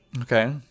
Okay